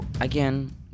again